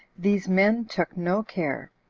these men took no care,